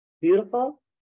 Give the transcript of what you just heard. beautiful